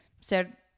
ser